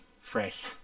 Fresh